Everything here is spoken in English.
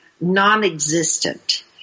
non-existent